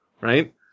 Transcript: right